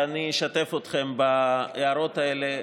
ואני אשתף אתכם בהערות האלה.